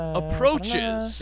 approaches